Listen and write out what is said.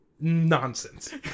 nonsense